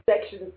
Section